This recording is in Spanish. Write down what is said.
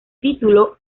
título